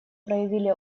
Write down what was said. проявили